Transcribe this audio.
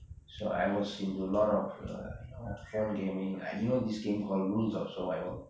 so I was into a lot of err phone gaming you know this game called rules of survival